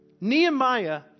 Nehemiah